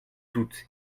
toutes